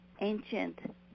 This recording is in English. ancient